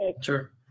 Sure